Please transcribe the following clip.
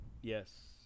yes